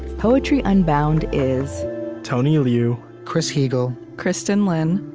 poetry unbound is tony liu, chris heagle, kristin lin,